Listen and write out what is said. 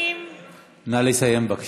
נא לסיים, בבקשה.